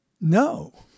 no